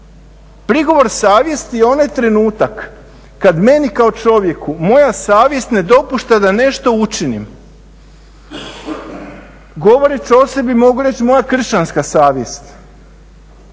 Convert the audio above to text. prigovor savjesti je onaj trenutak kad meni kako čovjeku moja savjest ne dopušta da nešto učinim. Govoreći o sebi mogu reći moja kršćanska savjest.